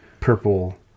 purple